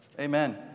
amen